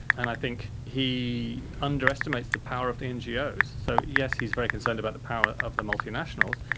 and i think he underestimates the power of the ngos. so yes, he is very concerned about the power of the multinationals,